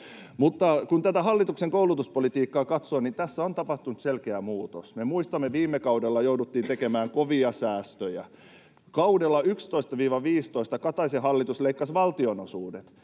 Kun tätä hallituksen koulutuspolitiikkaa katsoo, tässä on tapahtunut selkeä muutos. Me muistamme, että viime kaudella jouduttiin tekemään kovia säästöjä. Kaudella 11—15 Kataisen hallitus leikkasi valtionosuudet,